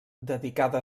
dedicada